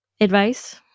Advice